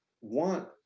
want